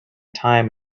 time